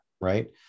right